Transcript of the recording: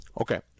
Okay